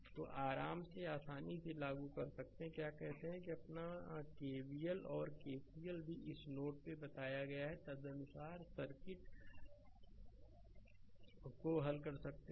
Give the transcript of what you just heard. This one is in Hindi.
स्लाइड समय देखें 2415 तो आराम से आसानी से लागू कर सकते हैंक्या कहते हैं अपना कि केबीएल और केसीएल भी इस नोड पर बताया और तदनुसार सर्किट हल कर सकते हैं